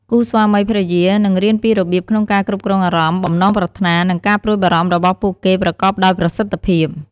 គូស្វាមីភរិយា នឹងរៀនពីរបៀបក្នុងការគ្រប់គ្រងអារម្មណ៍ បំណងប្រាថ្នា និងការព្រួយបារម្ភរបស់ពួកគេប្រកបដោយប្រសិទ្ធភាព។